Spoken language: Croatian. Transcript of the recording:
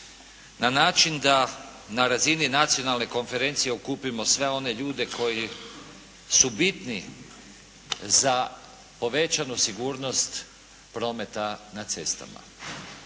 Na način da na razini nacionalne konferencije okupimo sve one ljude koji su bitni za povećanu sigurnost prometa na cestama.